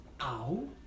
ow